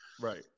Right